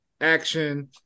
action